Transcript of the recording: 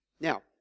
Now